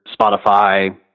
Spotify